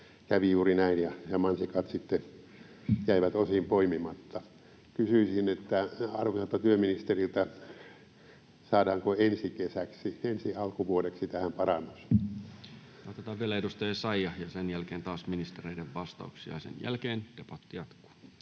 kävi juuri näin ja mansikat sitten jäivät osin poimimatta. Kysyisin arviota työministeriltä: saadaanko ensi kesäksi, ensi alkuvuodeksi, tähän parannus? Otetaan vielä edustaja Essayah ja sen jälkeen taas ministereiden vastauksia, ja sen jälkeen debatti jatkuu.